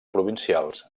provincials